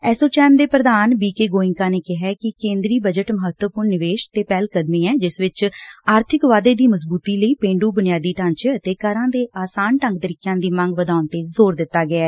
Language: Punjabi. ਐਸੋਚੈਮ ਦੇ ਪੁਧਾਨ ਬੀ ਕੇ ਗੋਇੰਕਾ ਨੇ ਕਿਹੈ ਕਿ ਕੇ'ਦਰੀ ਬਜਟ ਮਹੱਤਵਪੁਰਨ ਨਿਵੇਸ਼ 'ਤੇ ਪਹਿਲਕਦਮੀ ਐ ਜਿਸ ਵਿਚ ਆਰਬਿਕ ਵਾਧੇ ਦੀ ਮਜਬੁਤੀ ਲਈ ਪੇਫੁ ਬੁਨਿਆਦੀ ਢਾਂਚੇ ਅਤੇ ਕਰਾਂ ਦੇ ਆਸਾਨ ਢੰਗ ਤਰੀਕਿਆਂ ਦੀ ਮੰਗ ਵਧਾਉਣ ਤੇ ਜ਼ੋਰ ਦਿੱਤਾ ਗਿਐ